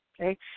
Okay